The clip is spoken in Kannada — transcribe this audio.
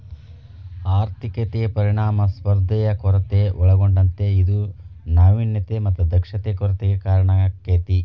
ಆರ್ಥಿಕತೆ ದುಷ್ಪರಿಣಾಮ ಸ್ಪರ್ಧೆಯ ಕೊರತೆ ಒಳಗೊಂಡತೇ ಇದು ನಾವಿನ್ಯತೆ ಮತ್ತ ದಕ್ಷತೆ ಕೊರತೆಗೆ ಕಾರಣಾಕ್ಕೆತಿ